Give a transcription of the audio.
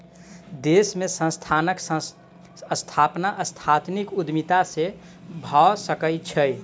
देश में संस्थानक स्थापना सांस्थानिक उद्यमिता से भअ सकै छै